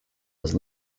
was